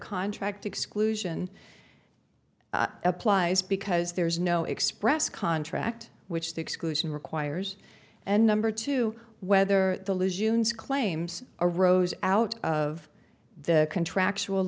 contract exclusion applies because there's no express contract which the exclusion requires and number two whether the lose use claims arose out of the contractual